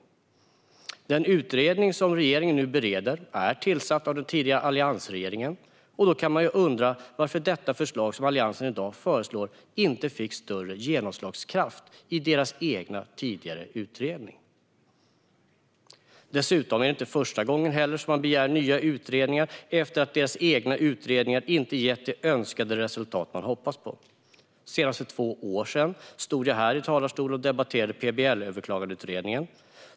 Den utredning som regeringen nu bereder är ju tillsatt av den tidigare alliansregeringen, och då kan man undra varför det förslag som Alliansen nu har inte fick större genomslag i den egna utredningen. Det är dessutom inte första gången de begär nya utredningar efter att deras egna utredningar inte gett önskat resultat. Senast för två år sedan stod jag i den här talarstolen och debatterade PBL-överklagandeutredningen.